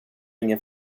ingen